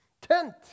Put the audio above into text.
tent